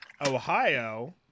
Ohio